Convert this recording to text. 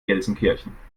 gelsenkirchen